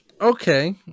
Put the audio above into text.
Okay